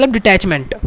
Detachment